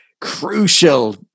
crucial